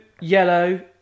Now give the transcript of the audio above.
yellow